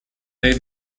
dei